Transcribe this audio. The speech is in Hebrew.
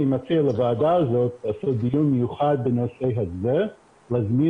אני מציע לוועדה הזאת לעשות דיון מיוחד בנושא הזה ולהזמין